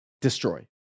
destroy